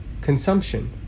consumption